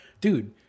dude